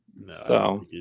No